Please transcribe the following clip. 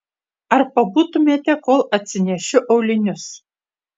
ar pabūtumėte kol atsinešiu aulinius